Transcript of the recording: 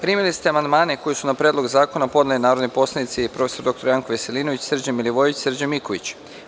Primili ste amandmane koje su na Predlog zakona podneli narodni poslanici prof. dr Janko Veselinović, Srđan Milivojević i Srđan Miković.